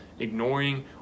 ignoring